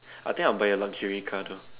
I think I'll buy a luxury car though